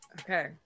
Okay